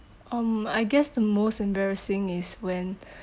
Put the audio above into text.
um I guess the most embarrassing is when